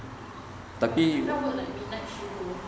I can't work like midnight shift !duh!